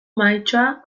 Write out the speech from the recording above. mahaitxoa